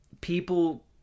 people